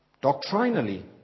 doctrinally